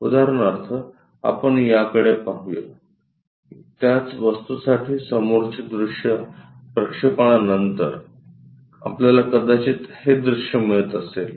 उदाहरणार्थ आपण याकडे पाहूया त्याच वस्तूसाठी समोरचे दृश्यप्रक्षेपणा नंतर आपल्याला कदाचित हे दृश्य मिळत असेल